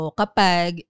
kapag